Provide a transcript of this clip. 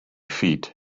feet